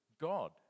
God